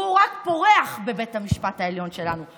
הוא רק פורח בבית המשפט העליון שלנו.